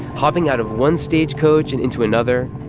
hopping out of one stagecoach and into another.